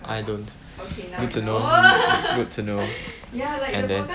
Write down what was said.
I don't good to know good to know and then